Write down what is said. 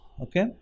okay